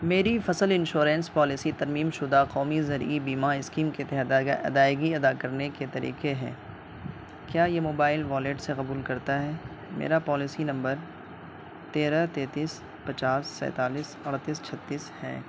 میری فصل insurance policy ترمیم شدہ قومی زرعی بیمہ اسکیم کے تحت ادائیگی ادا کرنے کے کیا طریقے ہیں کیا یہ موبائل والیٹ سے قبول کرتا ہے میرا پالیسی نمبر تیرہ تینتیس پچاس سینتالیس اڑتیس چھتیس ہے